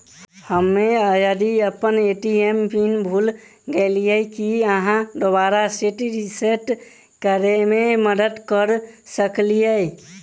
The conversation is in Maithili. हम्मे यदि अप्पन ए.टी.एम पिन भूल गेलियै, की अहाँ दोबारा सेट रिसेट करैमे मदद करऽ सकलिये?